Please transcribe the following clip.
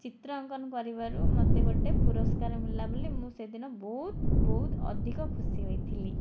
ଚିତ୍ର ଅଙ୍କନ କରିବାରୁ ମୋତେ ଗୋଟିଏ ପୁରସ୍କାର ମିଳିଲା ବୋଲି ମୁଁ ସେଦିନ ବହୁତ ବହୁତ ଅଧିକ ଖୁସି ହୋଇଥିଲି